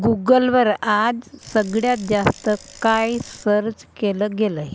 गुगलवर आज सगळ्यात जास्त काय सर्च केलं गेलं आहे